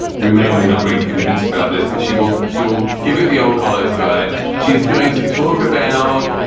we may or may not be convinced about this, but she will. she will give it the old college try she's going to talk about.